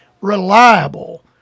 reliable